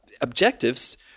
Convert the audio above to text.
objectives